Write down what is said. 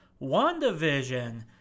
WandaVision